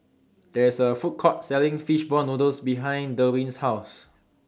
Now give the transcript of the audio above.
There IS A Food Court Selling Fish Ball Noodles behind Derwin's House